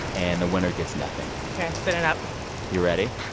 and the winner gets nothing ok. i'm sitting up you ready?